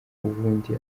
ubundi